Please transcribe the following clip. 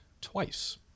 twice